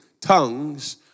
tongues